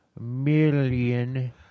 million